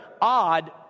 odd